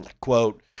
quote